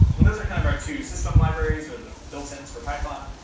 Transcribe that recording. and those are kind of our two system libraries or the built-ins for python.